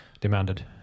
demanded